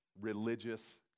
religious